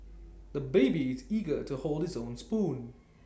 the baby is eager to hold his own spoon